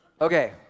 okay